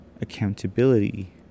accountability